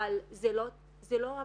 אבל זה לא הפתרון.